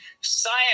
Science